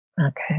Okay